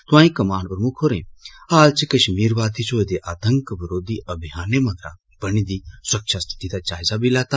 तोआंई कमान प्रमुख होरें हाल च कश्मीर वादी च होए दे आतंक विरोधी अभियानें मगरा बनी दी सुरक्षा स्थिति दा जायजा लैता